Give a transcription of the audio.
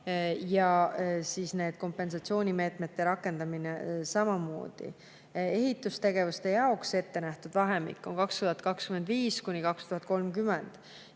ja samamoodi kompensatsioonimeetmete rakendamine. Ehitustegevuse jaoks ettenähtud vahemik on 2025–2030.